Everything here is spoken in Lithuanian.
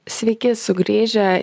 sveiki sugrįžę